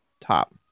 top